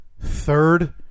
third